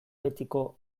betiko